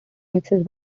mixes